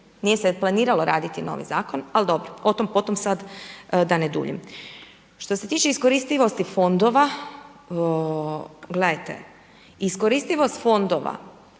Nije se planiralo raditi novi zakon, ali dobro. O tom, potom sad da ne duljim. Što se tiče iskoristivosti fondova, gledajte iskoristivost fondova